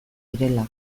direla